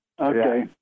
Okay